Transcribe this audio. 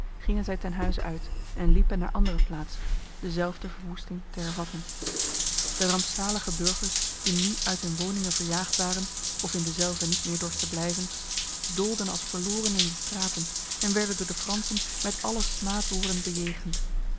gingen zij ten huize uit en liepen naar andere plaatsen dezelfde verwoesting hervatten de rampzalige burgers die nu uit hun woningen verjaagd waren of in dezelve niet meer dorsten blijven doolden als verloren in de straten en werden door de fransen met alle smaadwoorden bejegend